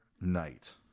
night